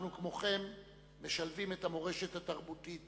אנחנו כמוכם משלבים את המורשת התרבותית